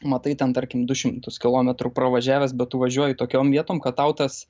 matai ten tarkim du šimtus kilometrų pravažiavęs bet tu važiuoji tokiom vietom kad tau tas